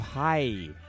Hi